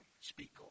Speak